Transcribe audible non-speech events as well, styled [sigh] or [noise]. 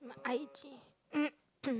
my I_G [coughs]